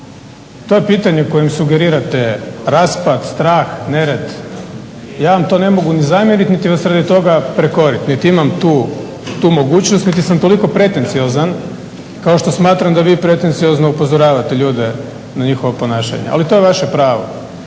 To je pitanje kojim sugerirate raspad, strah, nered. Ja vam to ne mogu ni zamjerit niti vas radi toga prekoriti niti imam tu mogućnost niti sam toliko pretenciozan kao što smatram da vi pretenciozno upozoravate ljude na njihova ponašanja ali to je vaše pravo.